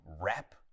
wrap